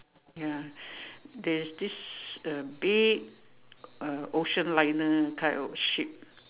ya there this a big uh ocean liner that kind of ship